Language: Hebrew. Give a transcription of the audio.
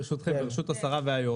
ברשות השרה והיו"ר,